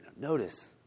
notice